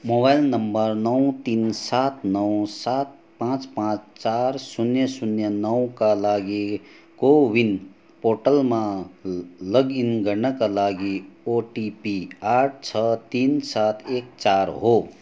mobile नम्बर नोै तिन सात नोै सात पाँच पाँच चार शून्य शून्य नोैका लागि कोविन पोर्टलमा लगइन गर्नाका लागि ओटिपी आठ छ तिन सात एक चार हो